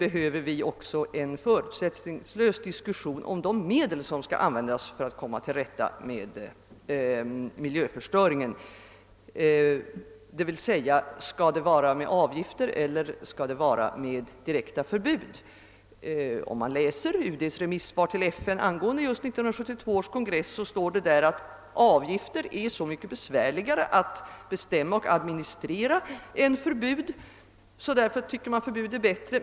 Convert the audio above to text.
Vidare erfordras en förutsättningslös diskussion om de medel som skall användas för att komma till rätta med miljöförstöringen, d.v.s. om det skall vara avgifter eller direkta förbud. I remissvaret till FN angående just 1972 års konferens står det, att avgifter är så mycket besvärligare att bestämma och administrera än förbud och att de senare därför anses bättre.